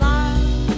Love